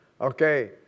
Okay